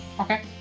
Okay